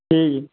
ᱴᱷᱤᱠ ᱜᱮᱭᱟ